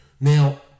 now